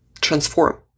transform